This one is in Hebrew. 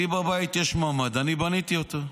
לי יש ממ"ד בבית, אני בניתי אותו.